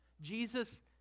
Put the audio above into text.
Jesus